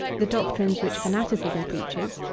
the doctrines which fanaticism preaches,